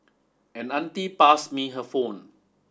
an auntie passed me her phone